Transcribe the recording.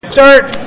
Start